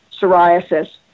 psoriasis